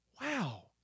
wow